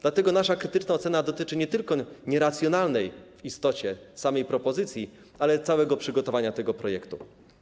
Dlatego nasza krytyczna ocena dotyczy nie tylko nieracjonalnej w istocie samej propozycji, ale też całego przygotowania tego projektu.